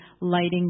lighting